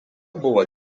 buvo